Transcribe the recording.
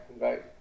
right